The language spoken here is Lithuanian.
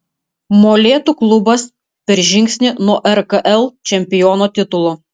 molėtų klubas per žingsnį nuo rkl čempiono titulo